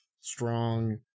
strong